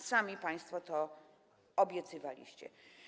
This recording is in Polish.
Sami państwo to obiecywaliście.